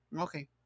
Okay